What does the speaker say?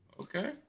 Okay